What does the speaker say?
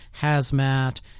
hazmat